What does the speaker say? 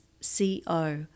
C-O